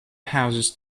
houses